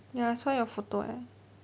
ya I saw your photo eh